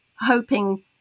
hoping